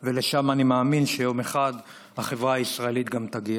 ולשם אני מאמין שיום אחד החברה הישראלית גם תגיע.